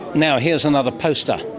now here's another poster,